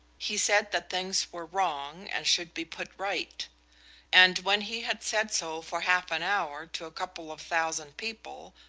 he said that things were wrong and should be put right and when he had said so for half an hour to a couple of thousand people,